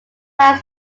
miles